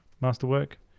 Masterwork